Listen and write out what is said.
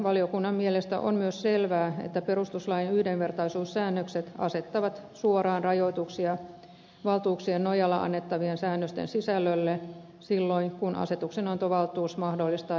valiokunnan mielestä on myös selvää että perustuslain yhdenvertaisuussäännökset asettavat suoraan rajoituksia valtuuksien nojalla annettavien säännösten sisällölle silloin kun asetuksenantovaltuus mahdollistaa erityiskohtelun